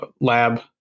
lab